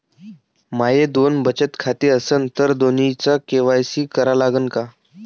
माये दोन बचत खाते असन तर दोन्हीचा के.वाय.सी करा लागन का?